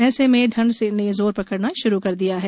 ऐसे में ठंड ने जोर पकड़ना श्रू कर दिया है